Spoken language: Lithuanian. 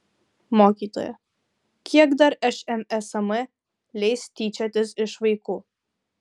mokytoja kiek dar šmsm leis tyčiotis iš vaikų